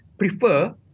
Prefer